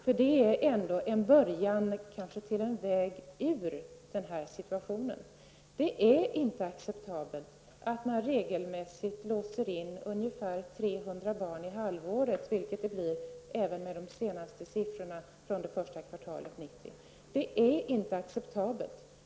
Det är kanske ändå en början till en väg ut ur denna situation. Det är inte acceptabelt att man regelmässigt låser in ungefär 300 barn per halvår, vilket det blir även med de senaste siffrorna, från första kvartalet 1991.